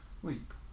sleep